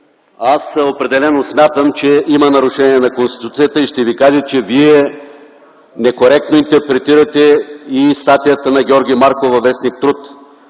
Аз определено смятам, че има нарушение на Конституцията и ще Ви кажа, че Вие некоректно интерпретирате и статията на Георги Марков във в. „Труд”.